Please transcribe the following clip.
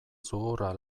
zuhurra